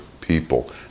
people